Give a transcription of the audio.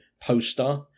poster